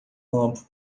campo